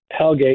hellgate